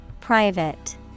Private